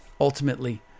ultimately